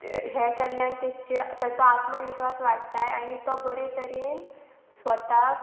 हें केल्ल्यान ताजे ताचो आत्मविश्वास वाडटाय आनी तो बरे तरेन स्वताक